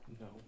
No